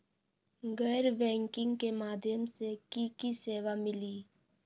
गैर बैंकिंग के माध्यम से की की सेवा मिली?